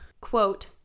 Quote